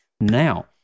Now